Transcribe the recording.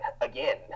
again